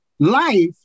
Life